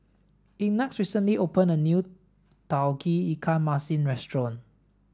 ignatz recently opened a new tauge ikan masin restaurant